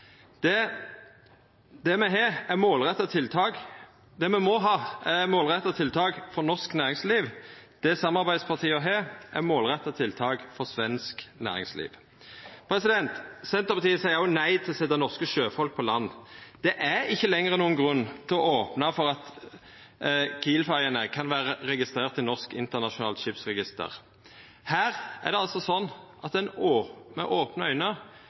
fornuftig. Det me må ha, er målretta tiltak for norsk næringsliv. Det samarbeidspartia har, er målretta tiltak for svensk næringsliv. Senterpartiet seier også nei til å setja norske sjøfolk på land. Det er ikkje lenger nokon grunn til å opna for at Kiel-ferjene kan vera registrerte i Norsk Internasjonalt Skipsregister. Her er det altså slik at ein med opne